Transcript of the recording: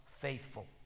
faithful